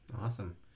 Awesome